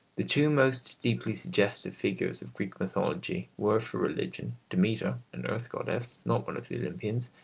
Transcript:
the two most deeply suggestive figures of greek mythology were, for religion, demeter, an earth goddess, not one of the olympians,